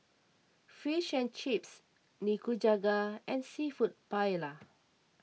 Fish and Chips Nikujaga and Seafood Paella